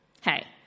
hey